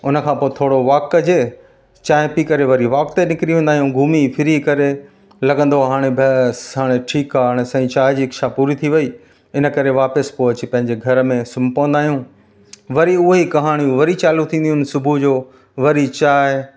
उनखां पोइ थोरो वॉक कजे चांहि पी करे वरी वॉक ते निकिरी वेंदा आहियूं घुमी फ़िरी करे लगंदो आहे हाणे बसि हाणे ठीकु आहे हाणे असांजी चांहि जी इच्छा पूरी थी वई इन करे वापिसि पोइ अची पंहिंजे घर में सुम्हीं पवंदा आहियूं वरी उहेई कहाणियूं वरी चालू थीदियूं आहिनि सुबुह जो वरी चांहि